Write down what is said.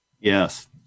Yes